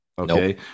Okay